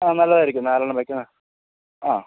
ആ നല്ലതായിരിക്കും നാലെണ്ണം വെക്കുന്നത് ആ